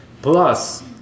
plus